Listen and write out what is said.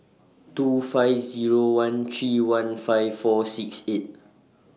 two five Zero one three one five four six eight